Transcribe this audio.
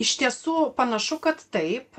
iš tiesų panašu kad taip